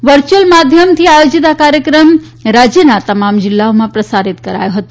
વચ્યુઅલ માધમયની આયોજીત આ કાર્યક્રમ રાજ્યના તમામ જિલ્લાઓમાં પ્રસારિત કરાયો હતો